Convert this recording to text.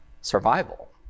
survival